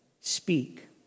speak